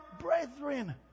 brethren